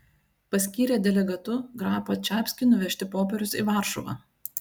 paskyrė delegatu grapą čapskį nuvežti popierius į varšuvą